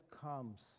comes